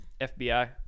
FBI